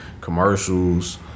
commercials